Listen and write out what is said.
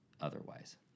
otherwise